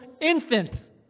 infants